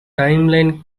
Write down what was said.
timeline